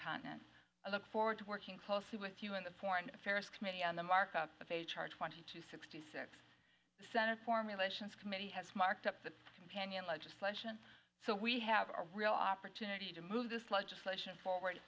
continent i look forward to working closely with you in the foreign affairs committee on the markup of a charge twenty two sixty six the senate foreign relations committee has marked up the companion legislation so we have a real opportunity to move this legislation forward